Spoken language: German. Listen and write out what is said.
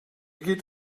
geht